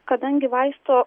kadangi vaisto